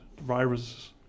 viruses